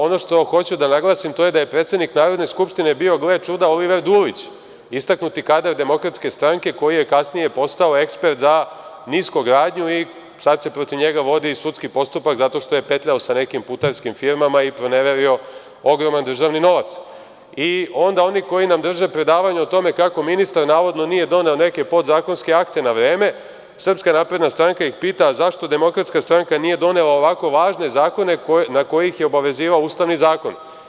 Ono što hoću da naglasim to je da je predsednik Narodne skupštine bio gle čuda Oliver Dulić, istaknuti kadar DS, koji je kasnije postao ekspert za niskogradnju i sada se protiv njega vodi sudski postupak zato što je petljao sa nekim putarskim firmama i proneverio ogroman državni novac i onda oni koji nam drže predavanja o tome kako ministar navodno nije doneo neke podzakonske akte na vreme, SNS ih pita – a zašto DS nije donela ovako važne zakone na koje ih je obavezivao Ustavni zakon?